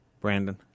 Brandon